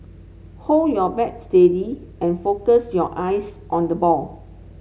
hold your bat steady and focus your eyes on the ball